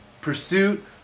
pursuit